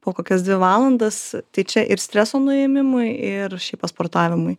po kokias dvi valandas tai čia ir streso nuėmimui ir šiaip pasportavimui